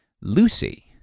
Lucy